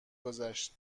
گذشت